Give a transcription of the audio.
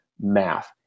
math